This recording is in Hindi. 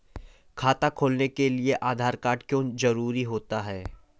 खाता खोलने के लिए आधार कार्ड क्यो जरूरी होता है?